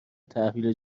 تحویل